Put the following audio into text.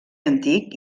antic